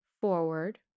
forward